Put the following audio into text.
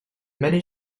many